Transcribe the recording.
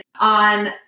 on